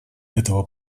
этого